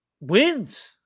wins